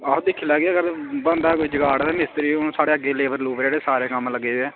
अस दिक्खी लैगे अगर बनदा कोई जुगाड़ ते हून साढ़े मिस्तरी अग्गें लेबर ते सारे अग्गें कम्म लग्गे दे ते